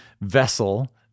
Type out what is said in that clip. vessel